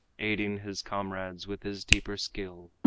aiding his comrades with his deeper skill.